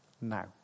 now